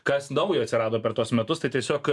kas naujo atsirado per tuos metus tai tiesiog